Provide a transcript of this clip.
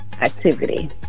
activity